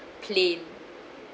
plain